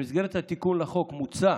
במסגרת התיקון לחוק מוצע